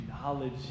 knowledge